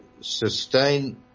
sustain